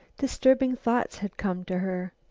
disturbing thoughts had come to her.